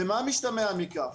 ומה משתמע מכך?